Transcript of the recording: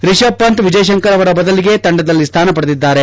ರಿಶಬ್ ಪಂತ್ ವಿಜಯಶಂಕರ್ ಅವರ ಬದಲಿಗೆ ತಂಡದಲ್ಲಿ ಸ್ಟಾನ ಪಡೆದಿದ್ದಾರೆ